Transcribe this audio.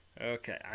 Okay